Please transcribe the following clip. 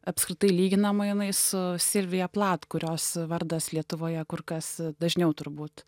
apskritai lyginama jinai su silvija plat kurios vardas lietuvoje kur kas dažniau turbūt